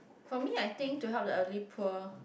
for me I think to help the elderly poor